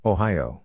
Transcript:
Ohio